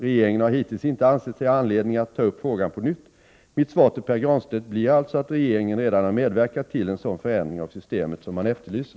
Regeringen har hittills inte ansett sig ha anledning att ta upp frågan på nytt. Mitt svar till Pär Granstedt blir alltså att regeringen redan har medverkat till en sådan förändring av systemet som han efterlyser.